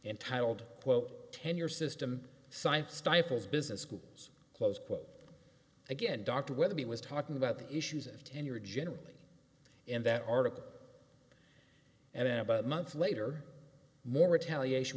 entitled quote tenure system side stifles business schools close quote again dr whether he was talking about the issues of tenure generally in that article and in about a month later more retaliation